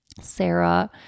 Sarah